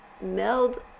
meld